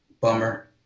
Bummer